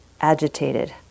agitated